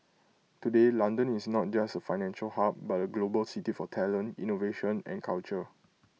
today London is not just A financial hub but A global city for talent innovation and culture